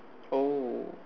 oh